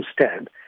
stand